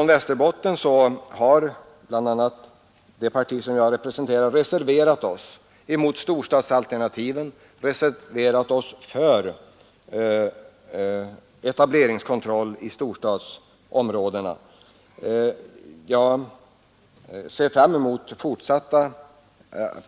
I Västerbotten har bl.a. det parti som jag representerar reserverat sig mot de föreslagna storstadsalternativen och för etableringskontroll i storstadsområdena. Jag ser med vissa förväntningar fram emot fortsatt